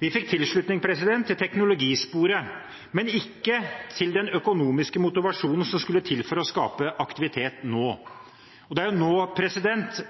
Vi fikk tilslutning til teknologisporet, men ikke til den økonomiske motivasjonen som skulle til for å skape aktivitet nå. Og det er jo nå